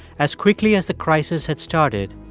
as quickly as the crisis had started,